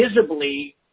visibly